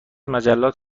مجلات